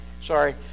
sorry